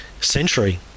century